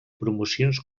promocions